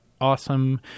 awesome